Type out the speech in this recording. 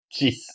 Jeez